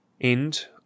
End